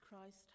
Christ